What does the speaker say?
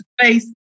space